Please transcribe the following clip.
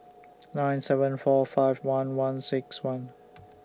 nine seven four five one one six one